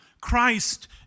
Christ